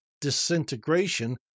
disintegration